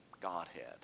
Godhead